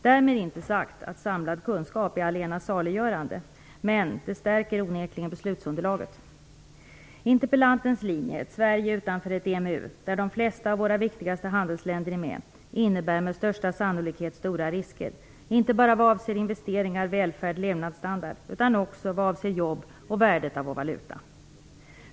Därmed inte sagt att samlad kunskap är allena saliggörande, men det stärker onekligen beslutsunderlaget. Interpellantens linje, ett Sverige utanför EMU, där de flesta av våra viktigaste handelsländer är med, innebär med största sannolikhet stora risker inte bara vad avser investeringar, välfärd, levnadsstandard, utan också vad avser jobb och värdet på vår valuta.